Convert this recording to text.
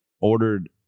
ordered